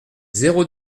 zéro